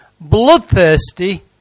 bloodthirsty